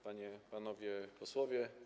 Panie, Panowie Posłowie!